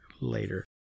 later